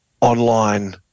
online